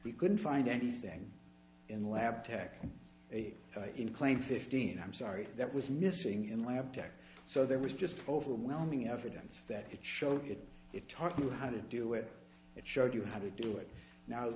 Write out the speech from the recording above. we couldn't find anything in the lab tech in claim fifteen i'm sorry that was missing in lab tech so there was just overwhelming evidence that it showed it it taught you how to do it it showed you how to do it now